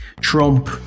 Trump